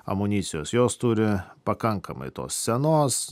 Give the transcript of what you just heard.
amunicijos jos turi pakankamai tos senos